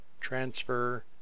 transfer